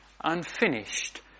unfinished